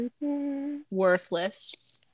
Worthless